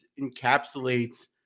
encapsulates